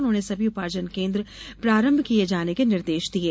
उन्होंने सभी ऊपार्जन केन्द्र प्रारंभ किये जाने के निर्देश दिये